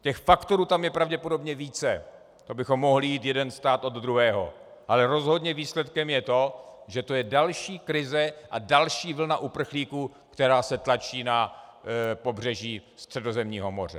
Těch faktorů tam je pravděpodobně více, to bychom mohli jít jeden stát od druhého, ale rozhodně výsledkem je to, že to je další krize a další vlna uprchlíků, která se tlačí na pobřeží Středozemního moře.